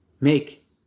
make